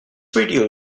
radio